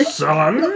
son